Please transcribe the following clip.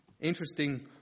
interesting